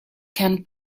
can